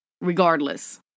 regardless